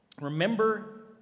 remember